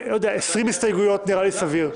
ו-20 הסתייגויות זה נראה לי סביר.